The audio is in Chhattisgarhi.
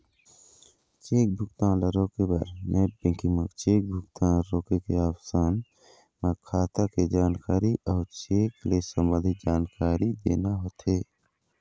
चेक भुगतान ल रोके बर नेट बेंकिंग म चेक भुगतान रोके के ऑप्सन म खाता के जानकारी अउ चेक ले संबंधित जानकारी देना होथे